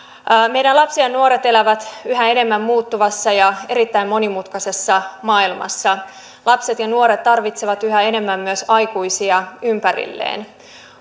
meidän lapsemme ja nuoremme elävät yhä enemmän muuttuvassa ja erittäin monimutkaisessa maailmassa lapset ja nuoret tarvitsevat yhä enemmän myös aikuisia ympärilleen